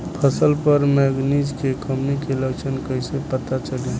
फसल पर मैगनीज के कमी के लक्षण कईसे पता चली?